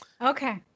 okay